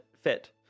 fit